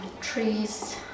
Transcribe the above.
trees